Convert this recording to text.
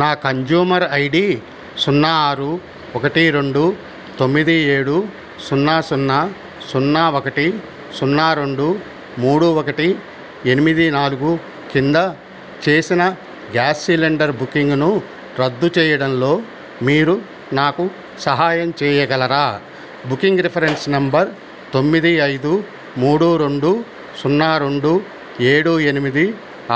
నా consumer ID సున్నా ఆరు ఒకటి రెండు తొమ్మిది ఏడు సున్నా సున్నా సున్నా ఒకటి సున్నా రెండు మూడు ఒకటి ఎనిమిది నాలుగు క్రింద చేసిన గ్యాస్ సిలిండర్ బుకింగ్ను రద్దు చేయడంలో మీరు నాకు సహాయం చెయ్యగలరా బుకింగ్ రిఫరెన్స్ నంబర్ తొమ్మిది ఐదు మూడు రెండు సున్నా రెండు ఏడు ఎనిమిది